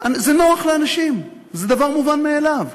זה נוח לאנשים, זה דבר מובן מאליו,